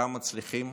גם מצליחים.